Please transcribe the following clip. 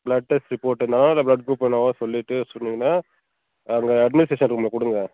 blood test report இருந்தால் தான் அந்த ப்ளட் குரூப் என்னவோ சொல்லிட்டு சொன்னீங்கன்னால் அங்கே அட்மினிஸ்டேஷன் ரூமில் கொடுங்க